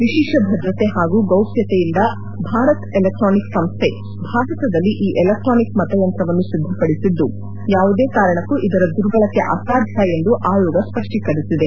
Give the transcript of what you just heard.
ವಿಶೇಷ ಭದ್ರತೆ ಹಾಗೂ ಗೌಪ್ಣತೆಯಿಂದ ಭಾರತ್ ಎಲೆಕ್ಸಾನಿಕ್ ಸಂಸ್ವೆ ಭಾರತದಲ್ಲಿ ಈ ಎಲೆಕ್ಸಾನಿಕ್ ಮತಯಂತ್ರವನ್ನು ಸಿದ್ದಪಡಿಸಿದ್ದು ಯಾವುದೇ ಕಾರಣಕ್ಕೂ ಇದರ ದುರ್ಬಳಕೆ ಅಸಾಧ್ಯ ಎಂದು ಆಯೋಗ ಸ್ಪಷ್ಟೀಕರಿಸಿದೆ